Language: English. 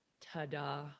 ta-da